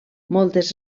moltes